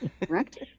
correct